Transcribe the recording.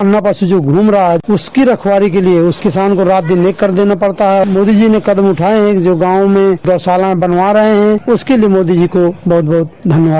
अन्ना पशु जो घूम रहा है उसकी रखवाली के लिये उस किसान को रात दिन एक कर देना पड़ता है और मोदी जी ने कदम उठाये है जो गांवों में गौशालाएं बनवा रहे हैं उसके लिये मोदी जी को बहुत बहुत धन्यवाद